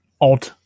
odd